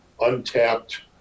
untapped